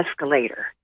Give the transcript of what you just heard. escalator